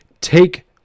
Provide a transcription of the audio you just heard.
take